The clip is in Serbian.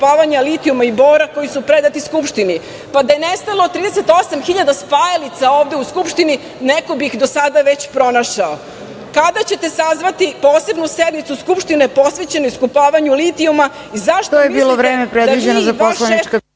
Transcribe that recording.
To je bilo vreme predviđeno za poslanička